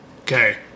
okay